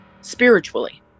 spiritually